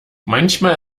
manchmal